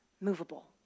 movable